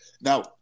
Now